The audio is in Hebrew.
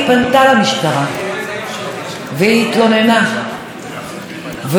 ואותו איש קיבל קנס וחזר הביתה,